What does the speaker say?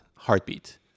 Heartbeat